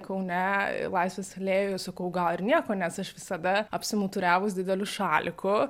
kaune laisvės alėjoj sakau gal ir nieko nes aš visada apsimuturiavus dideliu šaliku